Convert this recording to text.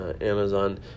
Amazon